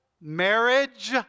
Marriage